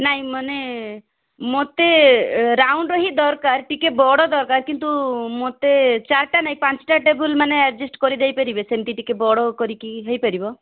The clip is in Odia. ନାଇଁ ମାନେ ମୋତେ ରାଉଣ୍ଡ ହିଁ ଦରକାର ଟିକେ ବଡ଼ ଦରକାର କିନ୍ତୁ ମୋତେ ଚାରିଟା ନାହିଁ ପାଞ୍ଚଟା ଟେବୁଲ୍ ମାନେ ଆଡ଼ଜେଷ୍ଟ କରିଦେଇ ପାରିବେ ସେମିତି ଟିକେ ବଡ଼ କରିକି ହେଇପାରିବ